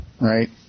right